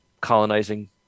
colonizing